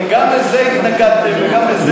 הרי לזה התנגדתם, גם לזה.